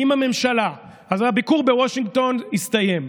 אז הביקור בוושינגטון הסתיים.